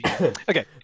Okay